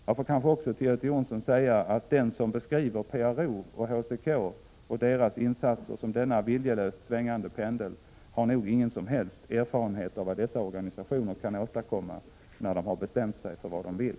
Jag får kanske också till Göte Jonsson säga att den som beskriver PRO och HCK och deras insatser som denna viljelöst svängande pendel nog inte har någon som helst erfarenhet av vad dessa organisationer kan åstadkomma, när de har bestämt sig för vad de vill.